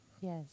Yes